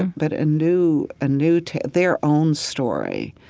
but a new ah new tale their own story.